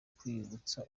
kwibutsa